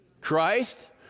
Christ